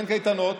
אין קייטנות,